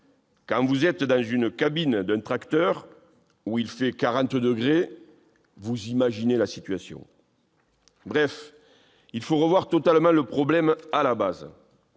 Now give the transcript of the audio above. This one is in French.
quand vous êtes dans la cabine d'un tracteur où il fait 40 degrés, vous pouvez imaginer la situation ... Bref, il faut revoir totalement le problème à la base.